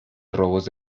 robos